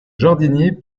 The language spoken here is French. jardinier